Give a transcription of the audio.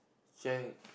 share